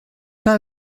pas